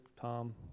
Tom